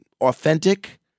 authentic